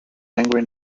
angry